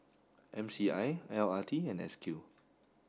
M C I L R T and S Q